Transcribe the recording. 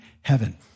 heaven